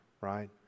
right